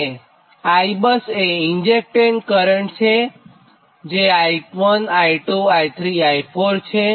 અને Ibus એ injected current છેજે I1 I2 I3 I4 છે